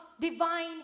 divine